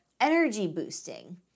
energy-boosting